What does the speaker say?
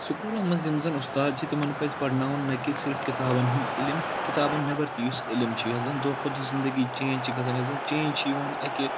سکوٗلَن منٛز یِم زَن اُستاد چھِ تِمَن پَزِ پَرناوُن نَہ کہِ صرِف کِتابَن ہُنٛد علِم کِتابَن نؠبَر تہِ یُس علِم چھُ یۄس زَن دۄہ کھۄتہٕ دۄہ زِنٛدٕگی چینٛج چھِ گژھان یۄس زَن چِینٛج چھِ یِوَان اَکہِ